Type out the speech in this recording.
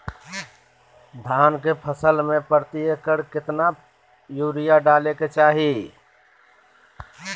धान के फसल में प्रति एकड़ कितना यूरिया डाले के चाहि?